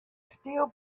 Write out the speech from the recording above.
still